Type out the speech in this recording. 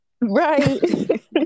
right